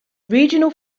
regional